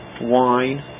wine